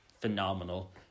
phenomenal